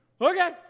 okay